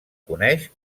coneix